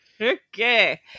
Okay